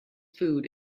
food